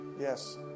Yes